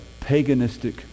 paganistic